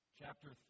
chapter